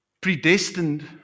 predestined